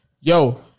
Yo